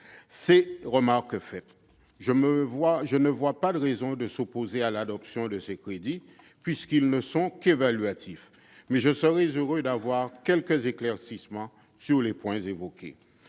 Ces remarques émises, je ne vois pas de raison de nous opposer à l'adoption de ces crédits, puisqu'ils ne sont qu'évaluatifs, mais je serais heureux de recevoir quelques éclaircissements sur les points que